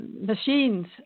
machines